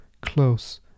close